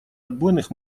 отбойных